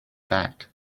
back